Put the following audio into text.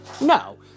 No